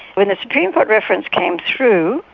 when the supreme court reference came through,